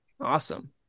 Awesome